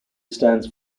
stands